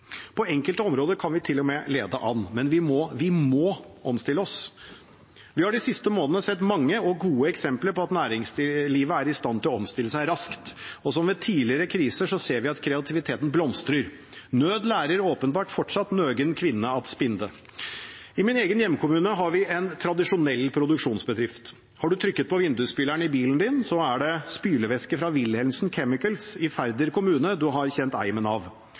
På enkelte områder kan vi til og med lede an. Men vi må – vi må – omstille oss. Vi har de siste månedene sett mange og gode eksempler på at næringslivet er i stand til å omstille seg raskt. Som ved tidligere kriser ser vi at kreativiteten blomstrer – nød lærer åpenbart fortsatt «nøgen kvinde at spinde». I min egen hjemkommune har vi en tradisjonell produksjonsbedrift. Har man trykket på vindusspyleren i bilen sin, er det spylervæske fra Wilhelmsen Chemicals i Færder kommune man har kjent eimen av.